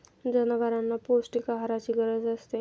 जनावरांना पौष्टिक आहाराची गरज असते